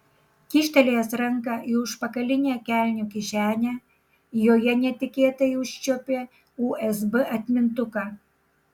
kyštelėjęs ranką į užpakalinę kelnių kišenę joje netikėtai užčiuopė usb atmintuką